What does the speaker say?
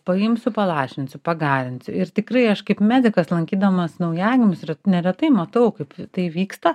paimsiu palašinsiu pagarinsiu ir tikrai aš kaip medikas lankydamas naujagimius neretai matau kaip tai vyksta